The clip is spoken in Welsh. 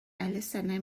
elusennau